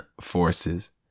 forces